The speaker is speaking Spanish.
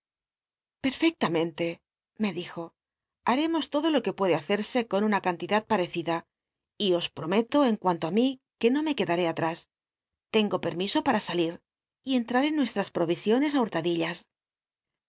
perfcctamcnle me dijo h uemos lodo lo que puede hacerse con una cantidad parecida y os prometo en cuanlo i mi que no me quedaré atrás tengo p rmiso para salir y entraré nuestras pro isiones í hurtadillas